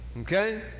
Okay